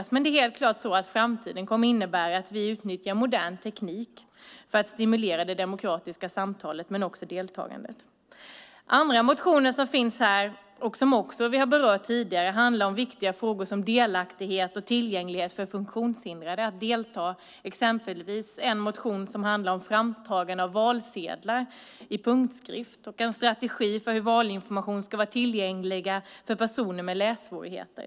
Men det är helt klart så att framtiden kommer att innebära att vi utnyttjar modern teknik för att stimulera det demokratiska samtalet men också deltagandet. Andra motioner som vi också har berört tidigare handlar om delaktighet och tillgänglighet för funktionshindrade att delta. Det finns exempelvis en motion som handlar om framtagande av valsedlar i punktskrift och en strategi för hur valinformation ska vara tillgänglig för personer med lässvårigheter.